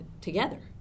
together